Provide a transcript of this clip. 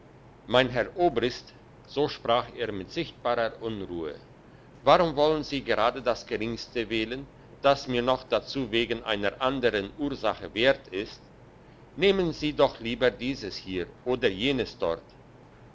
mein herr obrist so sprach er mit sichtbarer unruhe warum wollen sie gerade das geringste wählen das mir noch dazu wegen einer andern ursache wert ist nehmen sie doch lieber dieses hier oder jenes dort